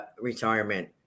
retirement